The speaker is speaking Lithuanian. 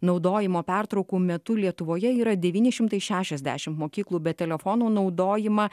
naudojimo pertraukų metu lietuvoje yra devyni šimtai šešiasdešimt mokyklų bet telefonų naudojimą